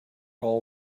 all